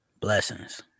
Blessings